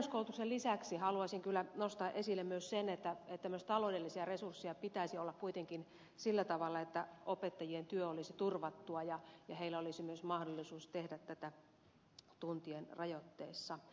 täydennyskoulutuksen lisäksi haluaisin kyllä nostaa esille myös sen että myös taloudellisia resursseja pitäisi olla kuitenkin sillä tavalla että opettajien työ olisi turvattua ja heillä olisi myös mahdollisuus tehdä tätä tuntien rajoissa